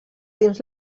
dins